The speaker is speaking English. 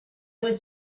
was